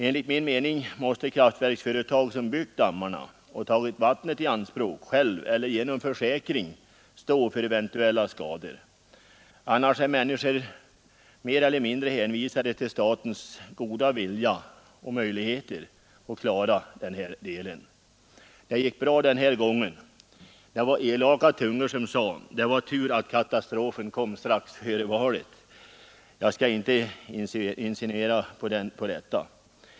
Enligt min mening måste de kraftverksföretag som byggt dammarna och tagit vattnet i anspråk själva eller genom försäkring stå för eventuella skador, annars är människor mer eller mindre hänvisade till statens goda vilja och möjligheter att hjälpa dem. Det gick bra den här gången. Det fanns elaka tungor som sade: Det var tur att katastrofen kom strax före valet. Jag skall inte insinuera något sådant.